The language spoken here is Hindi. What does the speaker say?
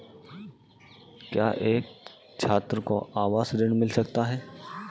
क्या एक छात्र को आवास ऋण मिल सकता है?